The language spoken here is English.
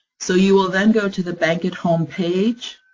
so you will then go to the bankit home page.